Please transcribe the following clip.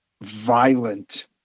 violent